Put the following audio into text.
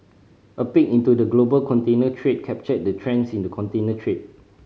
a peek into the global container trade captured the trends in the container trade